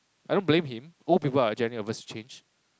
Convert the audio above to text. I don't blame him old people are generally averse to change